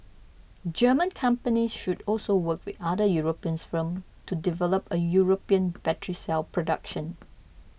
German companies should also work with other Europeans firm to develop a European battery cell production